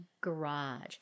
garage